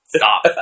stop